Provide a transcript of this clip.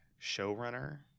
showrunner